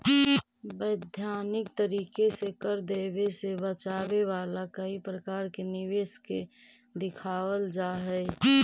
वैधानिक तरीके से कर देवे से बचावे वाला कई प्रकार के निवेश के दिखावल जा हई